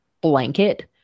blanket